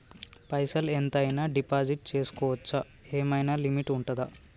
పైసల్ ఎంత అయినా డిపాజిట్ చేస్కోవచ్చా? ఏమైనా లిమిట్ ఉంటదా?